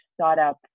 startup